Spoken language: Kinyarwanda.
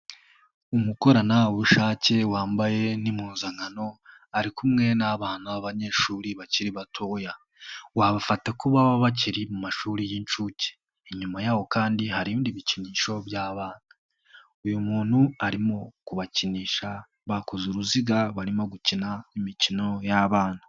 Umukoranabushake wambaye n'impuzankano ari kumwe n'abana b'abanyeshuri bakiri batoya, wabafata ko bakiri mu mashuri y'inshuke, inyuma yaho kandi hari ibindi bikinisho, uyu muntu arimo kubakinisha bakoze uruziga barimo gukina imikino y'abana.